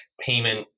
payment